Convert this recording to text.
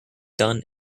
done